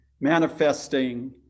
manifesting